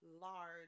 large